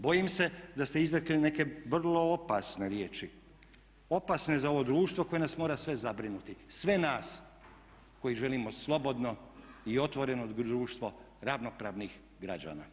Bojim se da ste izrekli neke vrlo opasne riječi, opasne za ovo društvo koje nas mora sve zabrinuti, sve nas koji želimo slobodno i otvoreno društvo ravnopravnih građana.